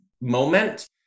moment